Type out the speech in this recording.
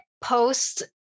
post